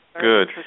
good